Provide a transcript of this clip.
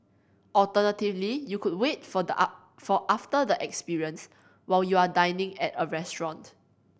alternatively you could wait for for after the experience while you are dining at a restaurant